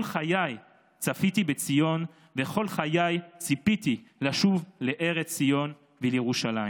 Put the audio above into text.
כל חיי צפיתי בציון וכל חיי ציפיתי לשוב לארץ ציון ולירושלים.